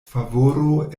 favoro